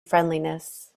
friendliness